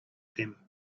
them